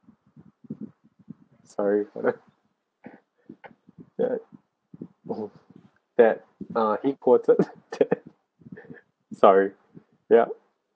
sorry for that that uh he quoted that sorry yup